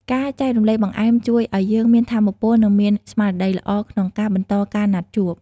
ការចែករំលែកបង្អែមជួយឱ្យយើងមានថាមពល និងមានស្មារតីល្អក្នុងការបន្តការណាត់ជួប។